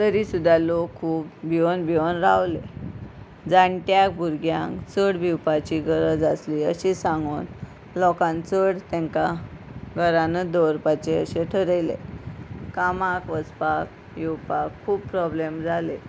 तरी सुद्दा लोक खूब भिवन भिवन रावले जाणट्याक भुरग्यांक चड भिवपाची गरज आसली अशी सांगून लोकांक चड तांकां घरानच दवरपाचें अशें ठरयलें कामाक वचपाक येवपाक खूब प्रॉब्लेम जालें